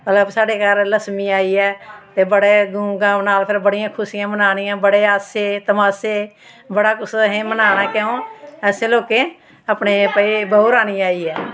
भला साढ़े घर लक्ष्मी आई ऐ ते बड़े धूम धाम कन्नै मनाओ फिर बड़ियां खुशियां मनानियां बड़े हास्से तमाशे बड़ा कुश असें मनाना क्यों असें लोकें अपने भाई बहू रानी आई ऐ